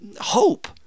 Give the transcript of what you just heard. hope